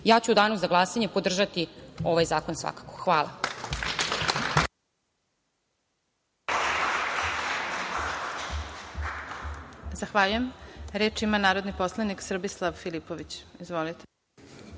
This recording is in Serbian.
ću u Danu za glasanje podržati ovaj zakon svakako. Hvala.